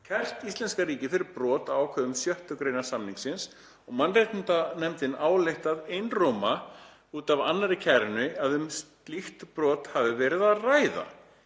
kært íslenska ríkið fyrir brot á ákvæðum 6. gr. samningsins og mannréttindanefndin ályktað einróma út af annarri kærunni að um slíkt brot hafi verið að ræða.